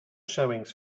showings